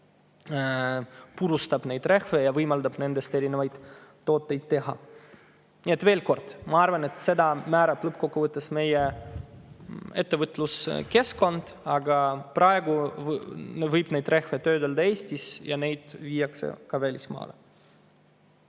purustab rehve. See võimaldab nendest erinevaid tooteid teha. Nii et veel kord, ma arvan, et seda määrab lõppkokkuvõttes meie ettevõtluskeskkond, aga praegu võib rehve töödelda Eestis ja neid viiakse ka välismaale.